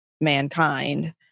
mankind